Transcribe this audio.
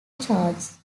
charges